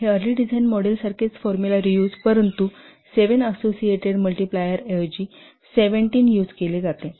हे early design model सारखेच formula reuse आहे परंतु 7 असोसिएटेड मल्टीप्लायरऐवजी 17 आहे